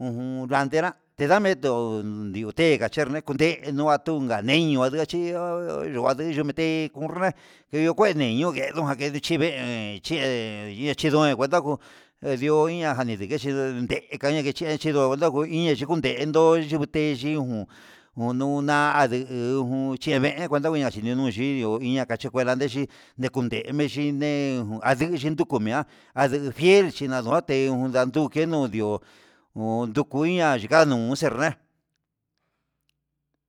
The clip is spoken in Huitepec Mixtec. ujun landerá ndedame tuu, diunde dikonde nikañenró oduachi ho yunguade namende unrá nikujeni yudeno, nojani chi ngué enche nguedangu dioniña najachindeche ndekaña chinda chindo'o odajuinia ndakunde endo ndiguiche ndijun uduna nachivee ne cuenta kuneña na kachidio kué ndandechi ndekude me chinee dejun adivichi nduku me'a adue fiere chen naduate ndaduu ndio nukuinia ndakanuu xhena'a.